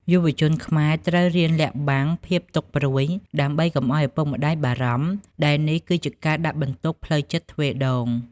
យុវជនខ្មែរត្រូវរៀនលាក់បាំងភាពទុក្ខព្រួយ ដើម្បីកុំឱ្យឪពុកម្តាយបារម្ភ ដែលនេះគឺជាការដាក់បន្ទុកផ្លូវចិត្តទ្វេដង។